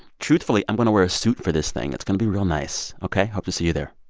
truthfully, i'm going to wear a suit for this thing. it's going to be real nice. ok. hope to see you there